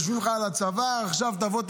יושבים לך על הצוואר: עכשיו תבוא,